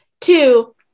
Two